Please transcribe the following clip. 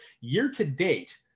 Year-to-date